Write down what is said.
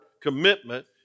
commitment